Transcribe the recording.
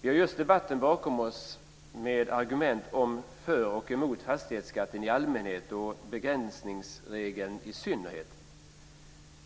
Vi har just debatten med argument för och emot fastighetsskatten i allmänhet och begränsningsregeln i synnerhet bakom oss.